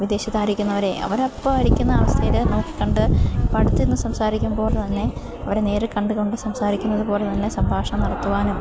വിദേശത്തായിരിക്കുന്നവരെ അവരപ്പോള് ഇരിക്കുന്ന അവസ്ഥയില് നോക്കികണ്ട് അപ്പോള് അടുത്തിരുന്ന് സംസാരിക്കും പോലെത്തന്നെ അവരെ നേരിൽ കണ്ടുകൊണ്ട് സംസാരിക്കുന്നത് പോലെ തന്നെ സംഭാഷണം നടത്തുവാനും